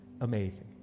amazing